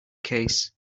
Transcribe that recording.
case